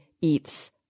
eats